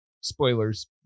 spoilers